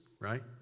right